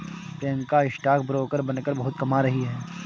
Priyanka stock broker बनकर बहुत कमा रही है